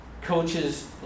coaches